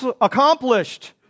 Accomplished